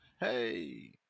hey